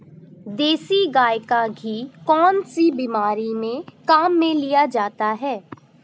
देसी गाय का घी कौनसी बीमारी में काम में लिया जाता है?